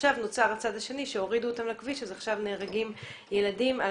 ועכשיו נוצר הצד השני שהורידו אותם לכביש ועכשיו נהרגים ילדים על